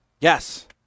Yes